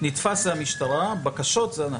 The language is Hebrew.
נתפס זה המשטרה, בקשות זה אנחנו.